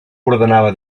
ordenava